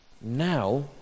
now